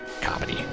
Comedy